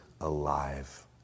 alive